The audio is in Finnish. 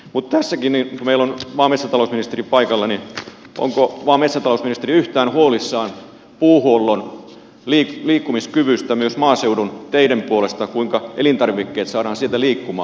mutta tässäkin kun meillä on maa ja metsätalousministeri paikalla onko maa ja metsätalousministeri yhtään huolissaan puuhuollon liikkumiskyvystä myös maaseudun teiden puolesta kuinka elintarvikkeet saadaan sieltä liikkumaan